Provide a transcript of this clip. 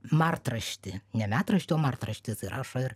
martraštį ne metraštį o martraštį jisai rašo ir